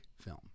film